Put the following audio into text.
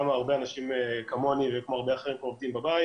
הרבה אנשים כמוני וכמו הרבה אחרים עובדים בבית